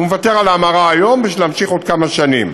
הוא מוותר על ההמרה היום בשביל להמשיך עוד כמה שנים.